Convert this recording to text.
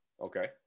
okay